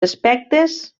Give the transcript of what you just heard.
aspectes